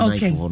Okay